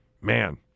man